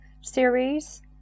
series